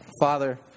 Father